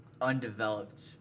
undeveloped